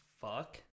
fuck